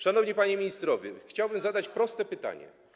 Szanowni panowie ministrowie, chciałbym zadać proste pytanie.